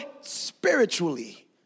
spiritually